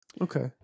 Okay